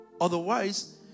Otherwise